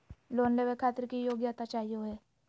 Loan लेवे खातीर की योग्यता चाहियो हे?